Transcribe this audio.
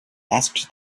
asked